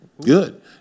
Good